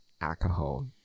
alcohol